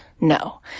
no